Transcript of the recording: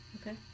Okay